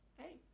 hey